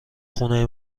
خونه